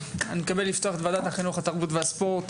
אני מתכבד לפתוח את ועדת החינוך התרבות והספורט,